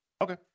okay